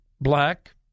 black